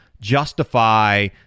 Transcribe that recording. justify